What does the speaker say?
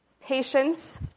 patience